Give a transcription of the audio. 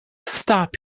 stop